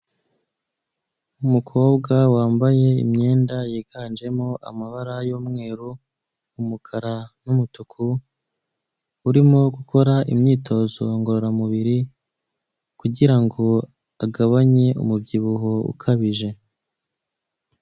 Umukobwa wambaye imyenda yiganjemo amabara y'umweru umukara n'umutuku, urimo gukora imyitozo ngororamubiri kugira ngo agabanye umubyibuho ukabije.